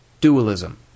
Dualism